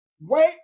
wait